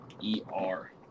E-R